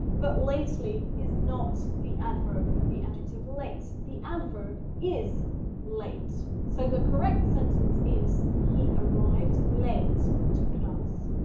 but lately is not the adverb of the adjective late. the adverb is late. so the correct sentence is, he arrived late to class.